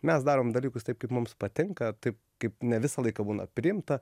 mes darom dalykus taip kaip mums patinka taip kaip ne visą laiką būna priimta